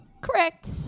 correct